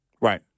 right